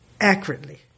Accurately